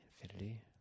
infinity